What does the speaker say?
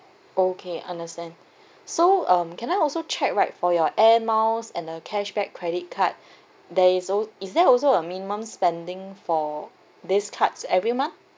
okay understand so um can I also check right for your Air Miles and the cashback credit card there is al~ is there also a minimum spending for these cards every month